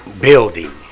building